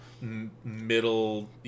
middle